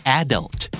adult